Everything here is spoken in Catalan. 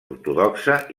ortodoxa